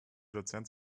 dozent